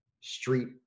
street